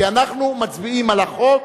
כי אנחנו מצביעים על החוק,